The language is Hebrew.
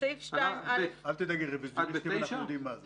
אל תדאגי, רביזיוניסטים אנחנו יודעים מה זה.